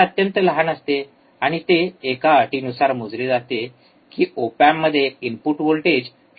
हे अत्यंत लहान असते आणि ते एका अटीनुसार मोजले जाते की ओप एम्प मध्ये इनपुट व्होल्टेज शून्य ० असले पाहिजे